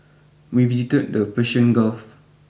we visited the Persian Gulf